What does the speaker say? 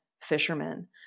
fishermen